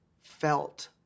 felt